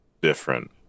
different